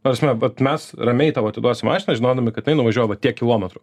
ta prasme bet mes ramiai tau atiduosim mašiną žinodami kad jinai nuvažiuoja va tiek kilometrų